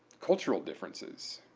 cultural differences,